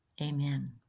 Amen